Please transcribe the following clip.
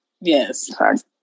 Yes